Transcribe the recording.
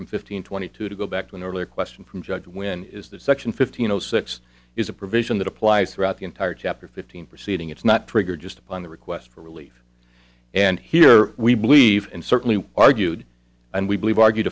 from fifteen twenty two to go back to an earlier question from judge when is that section fifteen zero six is a provision that applies throughout the entire chapter fifteen proceeding it's not triggered just upon the request for relief and here we believe and certainly argued and we believe argued